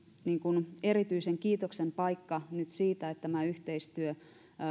erityisen kiitoksen paikka nyt siitä että tämä yhteistyö